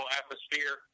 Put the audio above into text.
atmosphere